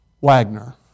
Wagner